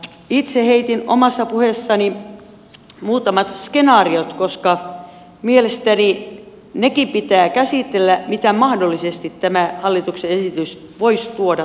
itse heitin omassa puheessani muutamat skenaariot koska mielestäni nekin pitää käsitellä mitä mahdollisesti tämä hallituksen esitys voisi tuoda tullessaan